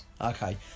Okay